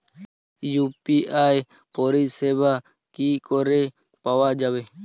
UPI পরিষেবা কি করে পাওয়া যাবে?